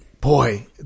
Boy